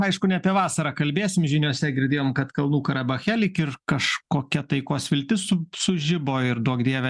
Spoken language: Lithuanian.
aišku ne apie vasarą kalbėsim žiniose girdėjom kad kalnų karabache lyg ir kažkokia taikos viltis sužibo ir duok dieve